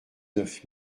neuf